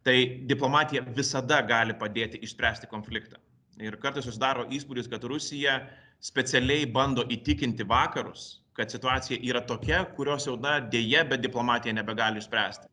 tai diplomatija visada gali padėti išspręsti konfliktą ir kartais susidaro įspūdis kad rusija specialiai bando įtikinti vakarus kad situacija yra tokia kurios jau na deja bet diplomatija nebegali išspręsti